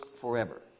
forever